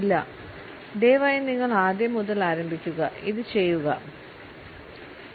ഇല്ല ദയവായി നിങ്ങൾ ആദ്യം മുതൽ ആരംഭിക്കുക ഇത് ചെയ്യുക ഹ ഹ ഹ ഹാ